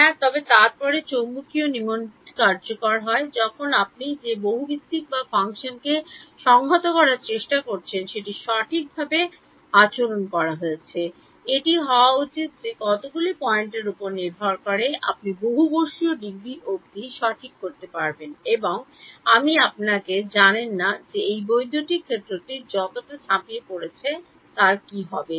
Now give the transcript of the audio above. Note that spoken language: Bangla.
হ্যাঁ তবে তারপরে চৌম্বকীয় নিয়মটি কার্যকর হয় যখন আপনি যে বহু ভিত্তিক বা ফাংশনকে সংহত করার চেষ্টা করছেন সেটি সঠিকভাবে আচরণ করা হয়েছে এটি হওয়া উচিত যে কতগুলি পয়েন্টের উপর নির্ভর করে আপনি বহু বর্ষীয় ডিগ্রি অবধি সঠিক হতে পারবেন এবং আপনি আপনাকে জানেন না এই বৈদ্যুতিক ক্ষেত্রটি কতটা ঝাঁপিয়ে পড়েছে তা জানেন না